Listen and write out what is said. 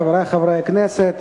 חברי חברי הכנסת,